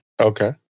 Okay